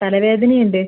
തലവേദനയുണ്ട്